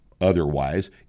Otherwise